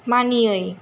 मानियै